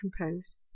composed